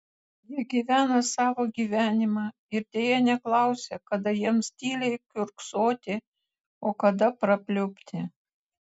jie gyvena savo gyvenimą ir deja neklausia kada jiems tyliai kiurksoti o kada prapliupti